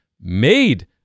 made